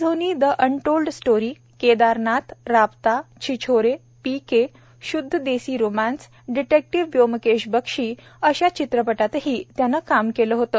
Dhoni the untold story Kedarnath Raabta Chhichhore PK Shuddh Desi romance detective Byomkesh Bakshi अशा चित्रपटांतही त्यानं काम केलं होतं